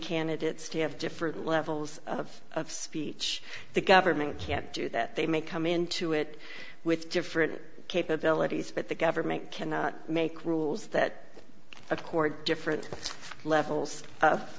candidates to have different levels of speech the government can't do that they may come into it with different capabilities but the government cannot make rules that a court different levels